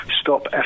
stop